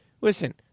listen